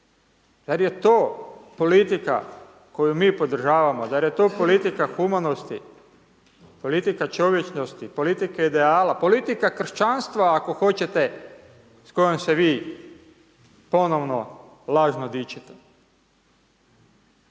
zar je to politika koju mi podržavamo, zar je to politika humanosti, politika čovječnosti, politike ideala, politika kršćanstva ako hoćete, s kojom se vi ponovno lažno dičite?